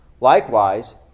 Likewise